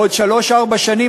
בעוד שלוש-ארבע שנים,